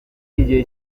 igihe